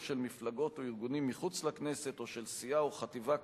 של מפלגות או ארגונים מחוץ לכנסת או של סיעה או חטיבה כאמור,